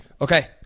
Okay